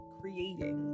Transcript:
creating